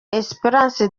esperance